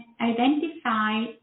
identify